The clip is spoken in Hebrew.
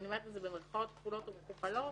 ואני אומרת את זה במירכאות כפולות ומכופלות